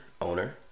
owner